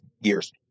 years